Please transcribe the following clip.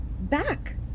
back